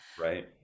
Right